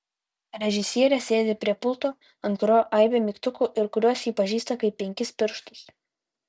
režisierė sėdi prie pulto ant kurio aibė mygtukų ir kuriuos ji pažįsta kaip penkis pirštus